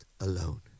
alone